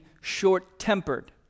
short-tempered